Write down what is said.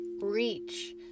Reach